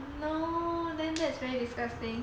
oh no then that's very disgusting